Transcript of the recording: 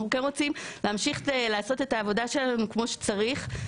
אנחנו כן רוצים להמשיך לעשות את העבודה שלנו כמו שצריך.